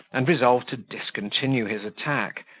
and resolved to discontinue his attack,